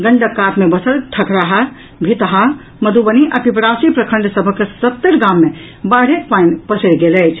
गंडक कात मे बसल ठकराहा भितहा मध्रबनी आ पिपरासी प्रखंड सभक सत्तरि गाम मे बाढ़िक पानि पसरि गेल अछि